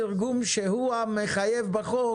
אבל אם הם יתרגמו תרגום שהוא המחייב בחוק,